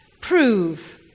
Prove